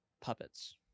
puppets